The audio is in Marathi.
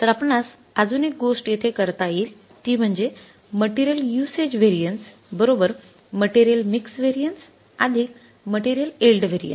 तर आपणास अजून एक गोष्ट येथे करता येईल ती म्हणजे material usage variance material mix variance material yield variance